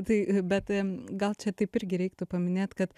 tai bet gal čia taip irgi reiktų paminėt kad